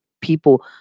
people